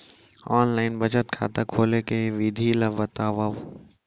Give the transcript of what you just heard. Online बचत खाता खोले के विधि ला बतावव?